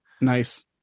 Nice